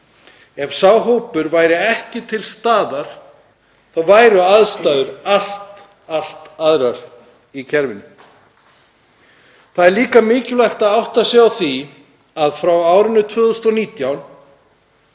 Ef sá hópur væri ekki til staðar væru aðstæður allt aðrar í kerfinu. Það er líka mikilvægt að átta sig á því að frá árinu 2019